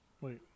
Wait